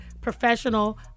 professional